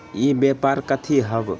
ई व्यापार कथी हव?